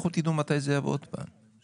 לכו תדעו מתי זה יבוא עוד פעם.